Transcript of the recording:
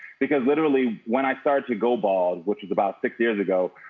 because literally when i started to go bald, which is about six years ago,